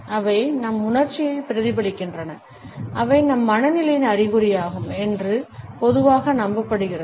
அவை நம் உணர்ச்சிகளைப் பிரதிபலிக்கின்றன அவை நம் மனநிலையின் அறிகுறியாகும் என்று பொதுவாக நம்பப்படுகிறது